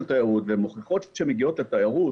תיירות והן מוכיחות שהן מגיעות לתיירות,